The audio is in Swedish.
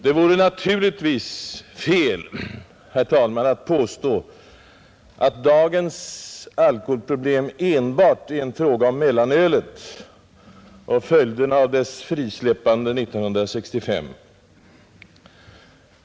Det vore naturligtvis fel, herr talman, att påstå att dagens alkoholproblem enbart är en fråga om mellanölet och följderna av dess frisläppande 1965.